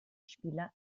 spieler